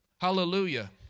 Hallelujah